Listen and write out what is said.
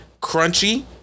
Crunchy